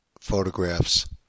photographs